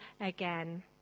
again